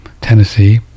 Tennessee